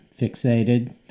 fixated